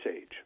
age